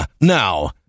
Now